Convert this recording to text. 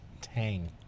tang